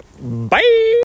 Bye